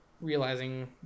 realizing